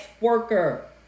worker